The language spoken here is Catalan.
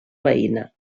veïna